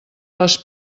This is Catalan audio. les